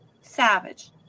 Savage